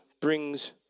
brings